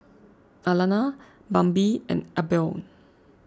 Alana Bambi and Albion